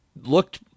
looked